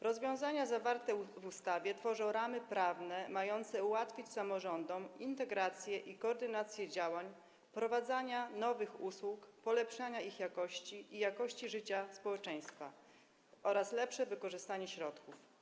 Rozwiązania zawarte w ustawie tworzą ramy prawne mające ułatwić samorządom integrację i koordynację działań, wprowadzanie nowych usług, polepszanie ich jakości i jakości życia społeczeństwa oraz lepsze wykorzystanie środków.